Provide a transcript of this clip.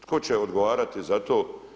Tko će odgovarati za to?